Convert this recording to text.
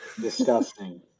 Disgusting